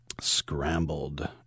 Scrambled